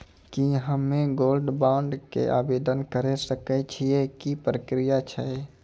की हम्मय gold bond के आवदेन करे सकय छियै, की प्रक्रिया छै?